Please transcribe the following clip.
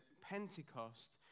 Pentecost